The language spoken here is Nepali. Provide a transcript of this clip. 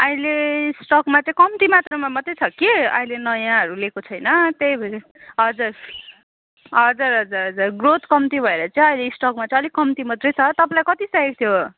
अहिले स्टकमा चाहिँ कम्ती मात्रामा मात्रै छ कि अहिले नयाँहरू ल्याएको छैन त्यही भएर हजुर हजुर हजुर हजुर ग्रोथ कम्ती भएर चाहिँ अहिले स्टकमा चाहिँ अलिक कम्ती मात्रै छ तपाईँलाई कति चाहिएको थियो